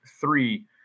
three